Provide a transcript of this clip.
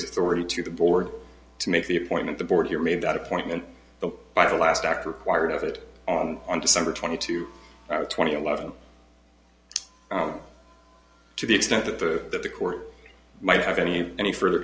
its already to the board to make the appointment the board here made that appointment but by the last act required it on on december twenty two twenty eleven to the extent that the that the court might have any any further